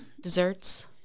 Desserts